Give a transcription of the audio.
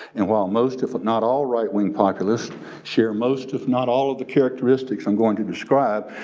and while most, if but not all right wing populist share most if not all of the characteristics i'm going to describe,